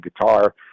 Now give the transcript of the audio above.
guitar